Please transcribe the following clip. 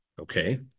okay